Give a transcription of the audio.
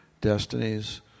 destinies